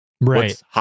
right